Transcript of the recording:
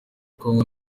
kongo